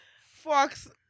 Fox